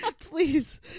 please